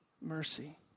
mercy